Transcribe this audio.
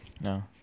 No